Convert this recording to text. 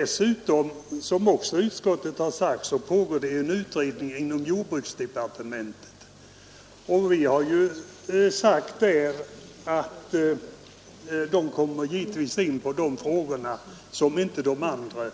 Dessutom pågår som utskottet också har sagt en utredning inom jordbruksdepartementet. Utskottet har framhållit att den senare utredningen givetvis kommer in på de frågor, som de båda andra